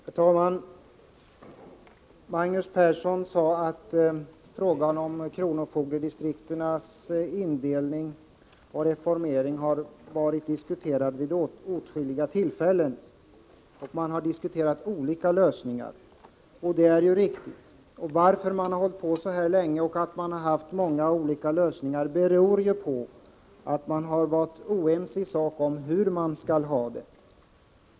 Herr talman! Magnus Persson sade att frågan om kronofogdedistriktens indelning och reformering diskuterats vid åtskilliga tillfällen och att man har diskuterat olika lösningar. Det är riktigt. Anledningen till att man hållit på så länge och diskuterat många olika lösningar är att man varit oense i sak om hur man skall ha det.